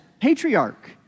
patriarch